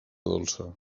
dolça